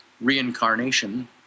reincarnation